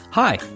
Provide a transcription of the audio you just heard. Hi